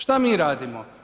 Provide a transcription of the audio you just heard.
Šta mi radimo?